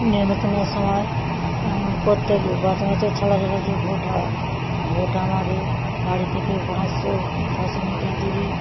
নির্বাচনের সময় প্রত্যেক বছর ছাড়া ছাড়া যে ভোট হয় ভোট আমাদের বাড়ি থেকে পাঁচশো ছশো মিটার দূরে